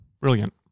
Brilliant